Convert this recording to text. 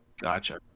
Gotcha